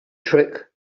trick